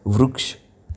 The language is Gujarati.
વૃક્ષ